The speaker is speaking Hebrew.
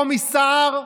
קומיסר,